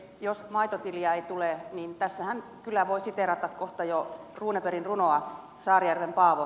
jos maitotiliä ei tule niin tässähän kyllä voi siteerata kohta jo runebergin runoa saarijärven paavo